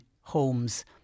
homes